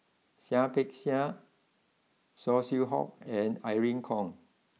Seah Peck Seah Saw Swee Hock and Irene Khong